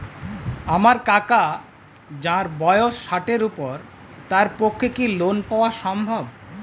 আমার কাকা যাঁর বয়স ষাটের উপর তাঁর পক্ষে কি লোন পাওয়া সম্ভব?